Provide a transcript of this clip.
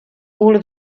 all